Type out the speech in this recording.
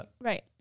Right